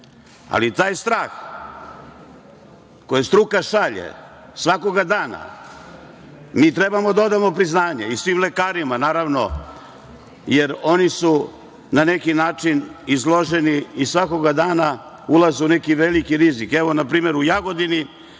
ali taj strah koja struka šalje svakoga dana, mi trebamo da odamo priznanje i svim lekarima, naravno, jer oni su na neki način izloženi i svakoga dana ulaze u neki veliki rizik. Evo, na primer, u Jagodini